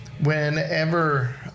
whenever